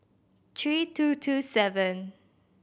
three two two seven